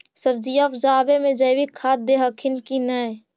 सब्जिया उपजाबे मे जैवीक खाद दे हखिन की नैय?